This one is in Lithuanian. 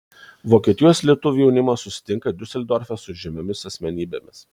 vokietijos lietuvių jaunimas susitinka diuseldorfe su žymiomis asmenybėmis